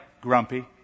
grumpy